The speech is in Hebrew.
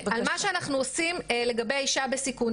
על מה שאנחנו עושים לגבי אישה בסיכון,